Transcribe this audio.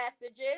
messages